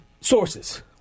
sources